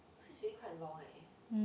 so it's really quite long leh